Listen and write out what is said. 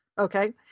Okay